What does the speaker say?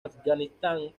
afganistán